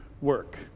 work